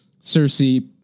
Cersei